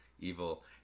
evil